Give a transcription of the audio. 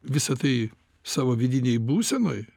visa tai savo vidinėj būsenoj